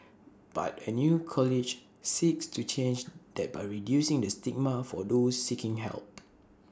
but A new college seeks to change that by reducing the stigma for those seeking help